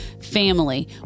Family